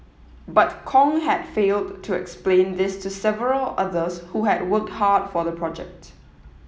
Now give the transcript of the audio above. but Kong had failed to explain this to several others who had worked hard for the project